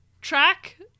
track